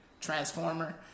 transformer